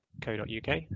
co.uk